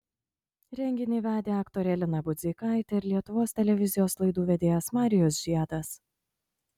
renginį vedė aktorė lina budzeikaitė ir lietuvos televizijos laidų vedėjas marijus žiedas